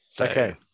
Okay